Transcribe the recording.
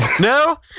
No